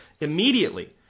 immediately